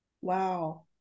Wow